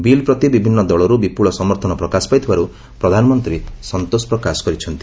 bill ପ୍ରତି ବିଭିନ୍ନ ଦଳରୁ ବିପୁଳ ସମର୍ଥନ ପ୍ରକାଶ ପାଇଥିବାରୁ ପ୍ରଧାନମନ୍ତ୍ରୀ ସନ୍ତୋଷ ପ୍ରକାଶ କରିଛନ୍ତି